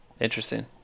Interesting